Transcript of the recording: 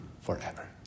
forever